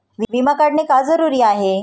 विमा काढणे का जरुरी आहे?